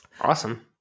Awesome